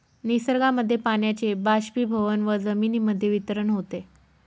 निसर्गामध्ये पाण्याचे बाष्पीभवन व जमिनीमध्ये वितरण होते